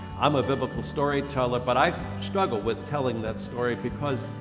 i'm a biblical storyteller, but i struggle with telling that story because,